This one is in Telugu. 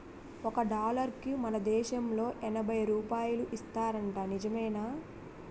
ఒక డాలరుకి మన దేశంలో ఎనబై రూపాయలు ఇస్తారట నిజమేనా